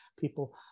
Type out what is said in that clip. people